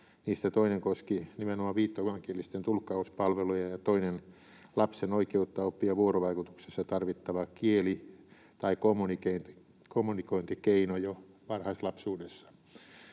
niistä toinen koski nimenomaan viittomakielisten tulkkauspalveluja ja toinen lapsen oikeutta oppia vuorovaikutuksessa tarvittava kieli tai kommunikointikeino jo varhaislapsuudessa.